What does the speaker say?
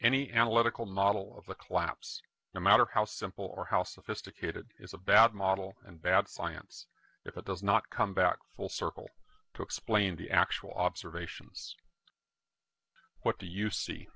any analytical model of the collapse no matter how simple or how sophisticated is a bad model and bad science if it does not come back full circle to explain the actual observations what do you see